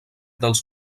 dels